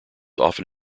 often